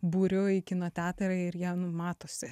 būriu į kino teatrą ir jie nu matosi